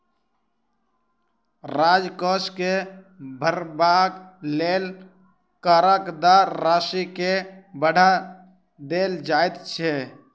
राजकोष के भरबाक लेल करक दर राशि के बढ़ा देल जाइत छै